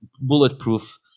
bulletproof